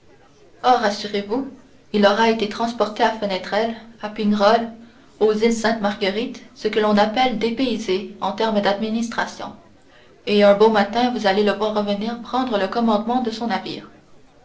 oh rassurez-vous il aura été transporté à fenestrelle à pignerol aux îles sainte-marguerite ce que l'on appelle dépaysé en termes d'administration et un beau matin vous allez le voir revenir prendre le commandement de son navire